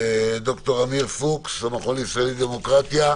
ד"ר עמיר פוקס, המכון הישראלי לדמוקרטיה.